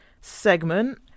segment